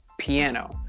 piano